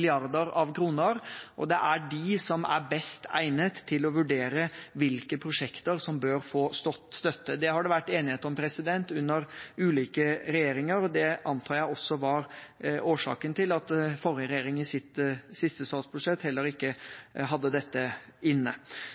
av kroner, og det er de som er best egnet til å vurdere hvilke prosjekter som bør få støtte. Det har det vært enighet om under ulike regjeringer, og det antar jeg også var årsaken til at forrige regjering i sitt siste statsbudsjett heller ikke hadde dette inne.